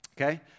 Okay